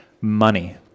money